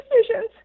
decisions